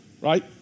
right